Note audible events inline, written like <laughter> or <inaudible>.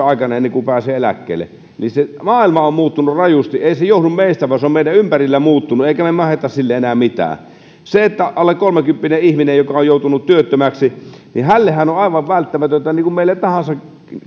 <unintelligible> aikana ennen kuin pääsee eläkkeelle eli maailma on muuttunut rajusti ei se johdu meistä vaan se on meidän ympärillä muuttunut emmekä me mahda sille enää mitään alle kolmekymppiselle ihmiselle joka on joutunut työttömäksi on aivan välttämätöntä niin kuin kelle tahansa